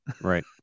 Right